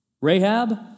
Rahab